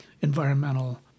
environmental